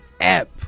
app